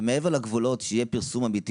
ומעבר לגבולות שיהיה פרסום אמיתי.